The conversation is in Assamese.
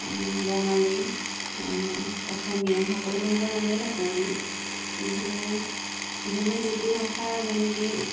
বঙালী অসমীয়া সকলো ধৰণৰ মানুহেই থাকো আমি কিন্তু যোনে যিটো ভাষাৰ মানে কি